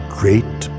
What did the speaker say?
great